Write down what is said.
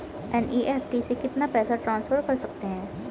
NEFT से कितना पैसा ट्रांसफर कर सकते हैं?